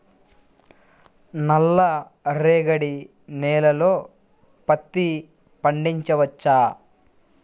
నల్ల రేగడి నేలలో పత్తి పండించవచ్చా?